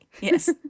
Yes